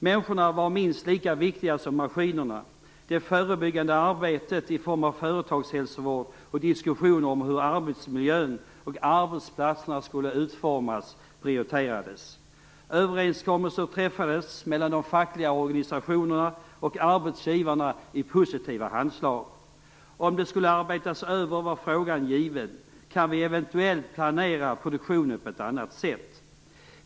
Människorna var minst lika viktiga som maskinerna. Det förebyggande arbetet i form av företagshälsovård och diskussioner om hur arbetsmiljön och arbetsplatserna skulle utformas prioriterades. Överenskommelser träffades mellan de fackliga organisationerna och arbetsgivarna i positiva handslag. Om det skulle arbetas över var frågan given: Kan vi eventuellt planera produktionen på ett annat sätt?